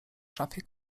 szafie